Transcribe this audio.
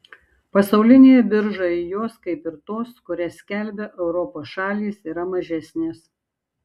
pasaulinėje biržoje jos kaip ir tos kurias skelbia europos šalys yra mažesnės